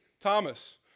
Thomas